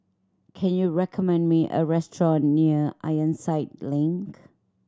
can you recommend me a restaurant near Ironside Link